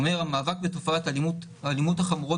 הוא אומר: "המאבק בתופעות האלימות החמורות